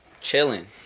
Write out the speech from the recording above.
Chilling